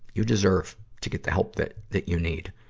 you deserve to get the help that, that you need.